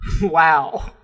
Wow